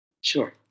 sure